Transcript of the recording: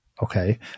Okay